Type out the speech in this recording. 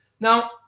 Now